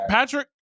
Patrick